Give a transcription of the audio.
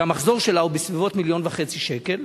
שהמחזור שלה הוא בסביבות מיליון וחצי שקל,